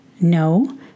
No